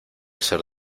ser